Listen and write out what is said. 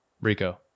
Rico